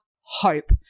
hope